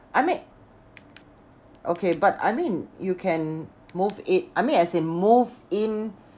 I mean okay but I mean you can move it I mean as in move in